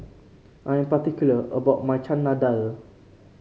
I'm particular about my Chana Dal